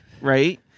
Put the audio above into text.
right